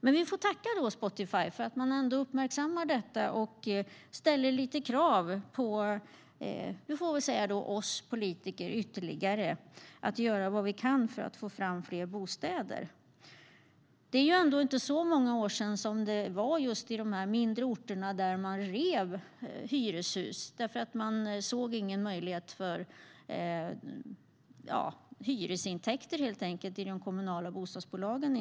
Men vi får tacka Spotify för att man uppmärksammar detta och ställer lite krav på oss politiker, får vi väl säga, att göra vad vi kan för att få fram fler bostäder. Det var ju inte så många år sedan som man på just de här mindre orterna rev hyreshus. Man såg helt enkelt ingen möjlighet till hyresintäkter, inte minst i de kommunala bostadsbolagen.